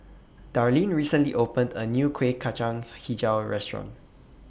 Darleen recently opened A New Kueh Kacang Hijau Restaurant